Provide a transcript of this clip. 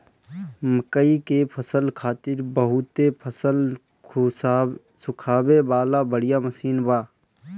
मकई के फसल खातिर बहुते फसल सुखावे वाला बढ़िया मशीन बा